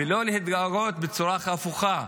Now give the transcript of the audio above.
ולא להתגרות בצורה הפוכה.